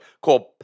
called